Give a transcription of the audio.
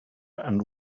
and